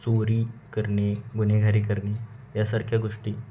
चोरी करणे गुन्हेगारी करणे यासारख्या गोष्टी